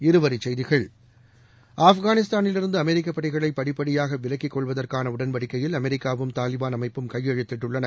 இருவரிச் செய்திகள் ஆப்கானிஸ்தானிலிருந்து அமெரிக்கப்படைகளை படிப்படியாக விலக்கிக் கொள்வதற்கான உடன்படிக்கையில் அமெரிக்காவும் தாலிபாள் அமைப்பும் கையெழுத்திட்டுள்ளன